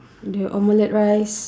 the omelette rice